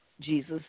Jesus